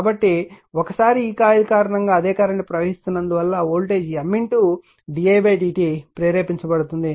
కాబట్టి ఒకసారి ఈ కాయిల్ కారణంగా అదే కరెంట్ ప్రవహిస్తున్నందు వల్ల వోల్టేజ్ M didt ప్రేరేపించబడుతుంది